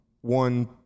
one